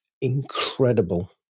incredible